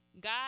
God